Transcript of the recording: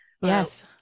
Yes